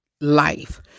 life